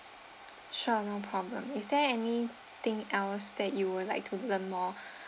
sure no problem is there anything else that you would like to learn more